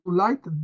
light